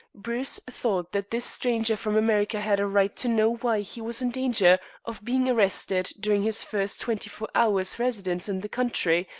bruce thought that this stranger from america had a right to know why he was in danger of being arrested during his first twenty-four hours' residence in the country,